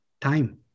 Time